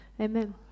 Amen